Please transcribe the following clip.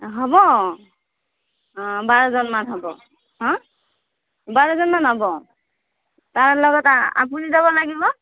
হ'ব অঁ বাৰজন মান হ'ব হাঁ বাৰজন মান হ'ব তাৰে লগত আপুনি যাব লাগিব